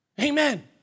Amen